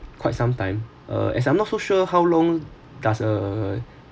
quite some time uh as I'm not so sure how long does ah